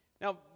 Now